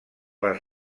les